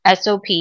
SOP